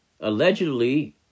Allegedly